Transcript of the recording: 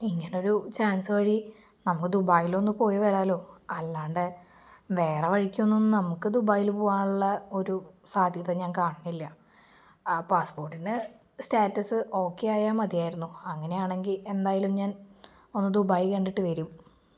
ഇങ്ങനെയൊരു ചാൻസ് വഴി നമുക്ക് ദുബായിലൊന്ന് പോയി വരാമല്ലോ അല്ലാതെ വേറെ വഴിക്കൊന്നും നമുക്ക് ദുബായിൽ പോകാനുള്ളൊരു സാധ്യത ഞാൻ കാണുന്നില്ല ആ പാസ്പോർട്ടിന് സ്റ്റാറ്റസ് ഓക്കെ ആയാല് മതിയായിരുന്നു അങ്ങനെയാണെങ്കില് എന്തായാലും ഞാനൊന്ന് ദുബായ് കണ്ടിട്ട് വരും